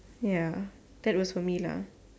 ya that was for me lah